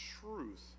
truth